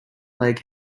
leg